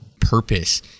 purpose